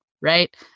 Right